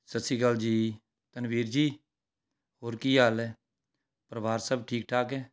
ਸਤਿ ਸ਼੍ਰੀ ਅਕਾਲ ਜੀ ਤਨਵੀਰ ਜੀ ਹੋਰ ਕੀ ਹਾਲ ਹੈ ਪਰਿਵਾਰ ਸਭ ਠੀਕ ਠਾਕ ਹੈ